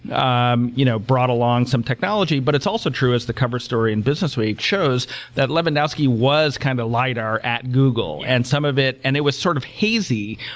um you know brought along some technology. but it's also true as the cover story in business week shows that levandowski was kind of a lighter at google. and some of it and it was sort of hazy,